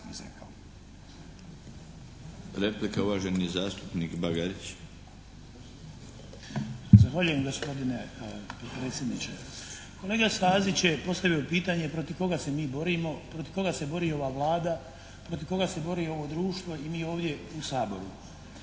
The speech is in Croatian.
Replika, uvaženi zastupnik Bagarić. **Bagarić, Ivan (HDZ)** Zahvaljujem gospodine potpredsjedniče. Kolega Stazić je postavio pitanje protiv koga se mi borimo, protiv koga se bori ova Vlada, protiv koga se bori ovo društvo i mi ovdje u Saboru.